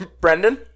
Brendan